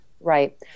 Right